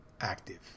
active